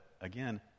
again